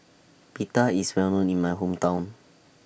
Pita IS Well known in My Hometown